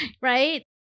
right